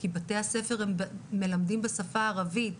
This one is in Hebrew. כי בתי הספר מלמדים בשפה הערבית,